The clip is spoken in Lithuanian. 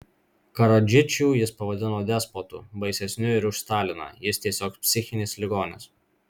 karadžičių jis pavadino despotu baisesniu ir už staliną jis tiesiog psichinis ligonis